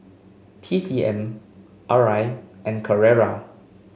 T C M Arai and Carrera